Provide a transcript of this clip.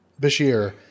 Bashir